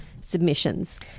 submissions